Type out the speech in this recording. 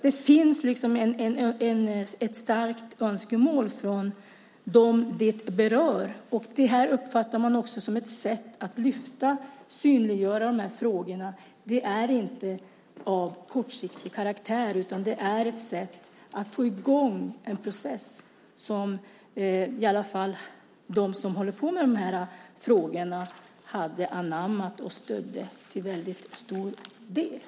Det finns alltså ett starkt önskemål från dem som berörs. Det här uppfattar man också som ett sätt att lyfta fram och synliggöra de här frågorna. Det hela har inte kortsiktig karaktär, utan det är fråga om ett sätt att få i gång en process som i alla fall de som håller på med de här frågorna anammat och stöder till väldigt stor del.